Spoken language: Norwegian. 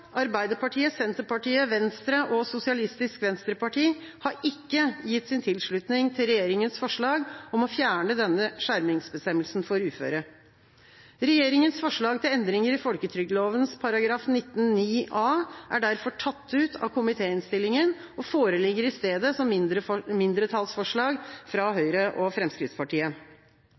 Arbeiderpartiet, Senterpartiet, Venstre og SV, har ikke gitt sin tilslutning til regjeringas forslag om å fjerne denne skjermingsbestemmelsen for uføre. Regjeringas forslag til endringer i folketrygdlovens § 19-9 a er derfor tatt ut av komitéinnstillinga og foreligger i stedet som mindretallsforslag fra Høyre og Fremskrittspartiet.